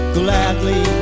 gladly